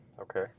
Okay